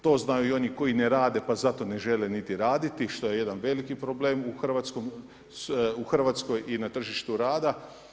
To znaju i oni koji ne rade pa zato ne žele niti raditi što je jedan veliki problem u Hrvatskoj i na tržištu rada.